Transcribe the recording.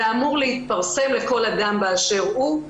זה אמור להתפרסם לכל אדם באשר הוא.